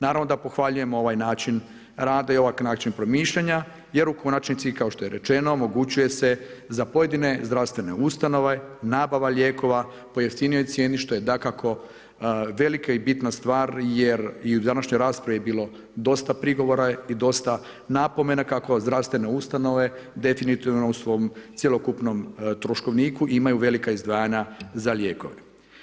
Naravno da pohvaljujemo ovaj način rada i ovakav način promišljanja jer u konačnici kao i što je rečeno omogućuje se za pojedine zdravstvene ustanove nabava lijekova po jeftinijoj cijeni što je dakako velika i bitna stvar, jer i u današnjoj raspravi je bilo dosta prigovora i dosta napomena kako zdravstvene ustanove definitivno u svom cjelokupnom troškovniku imaju velika izdvajanja za lijekove.